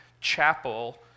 chapel